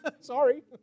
Sorry